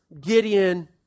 Gideon